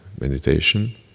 meditation